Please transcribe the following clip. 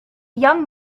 young